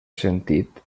sentit